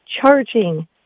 charging